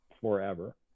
forever